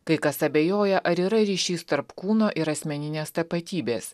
kai kas abejoja ar yra ryšys tarp kūno ir asmeninės tapatybės